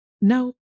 no